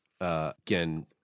again